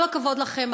כל הכבוד לכם,